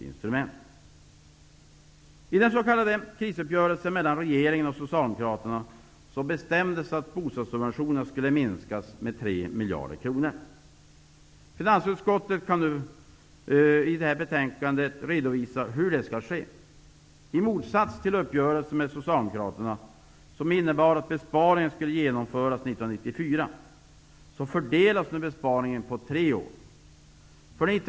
Om Hans Gustafsson hade hållit det socialdemokratiska inledningsanförandet i denna debatt, är jag övertygad om att vi hade fått se mer av visioner, optimism och framtidstro. Jag tror att det är det som behöver skapas oavsett vilken position vi har. Herr talman!